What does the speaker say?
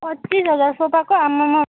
पच्चिस हजार सोफाको आम्मामामा